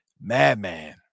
Madman